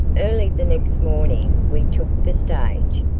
early the next morning we took the stage,